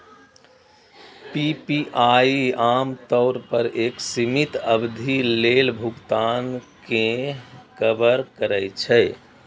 PPI आम तौर पर एक सीमित अवधि लेल भुगतान कें कवर करै छै